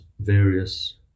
various